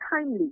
timely